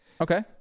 Okay